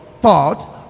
thought